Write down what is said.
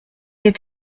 est